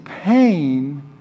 pain